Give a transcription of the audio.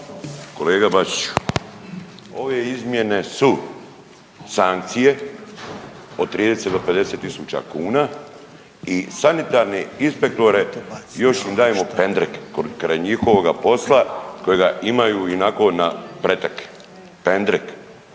Kolega Bačiću, ove izmjene su sankcije od 30 do 50 tisuća kuna i sanitarne inspektore još im dajmo pendreke kraj njihovoga posla kojega imaju ionako na pretek, pendrek.